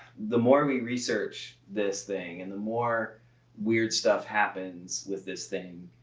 the more we research this thing, and the more weird stuff happens with this thing,